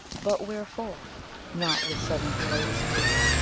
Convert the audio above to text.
but wherefore not with sudden glorious glee?